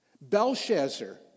Belshazzar